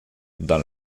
dans